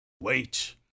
Wait